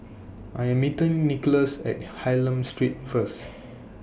I Am meeting Nicklaus At Hylam Street First